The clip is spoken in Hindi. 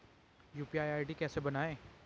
यु.पी.आई आई.डी कैसे बनायें?